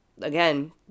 again